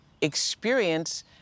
experience